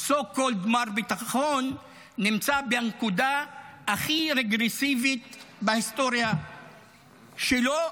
so called מר ביטחון נמצא בנקודה הכי רגרסיבית בהיסטוריה שלו,